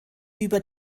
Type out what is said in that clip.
über